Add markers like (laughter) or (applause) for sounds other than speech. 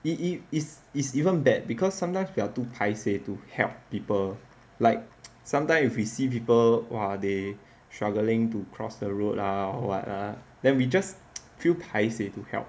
it it is it's even bad because sometimes we are to to help people like sometime if you see people !wah! they struggling to cross the road ah what ah then we just (noise) feel to help